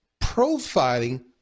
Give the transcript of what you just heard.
profiling